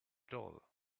doll